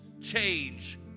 change